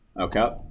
Okay